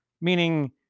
Meaning